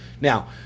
Now